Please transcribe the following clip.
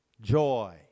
joy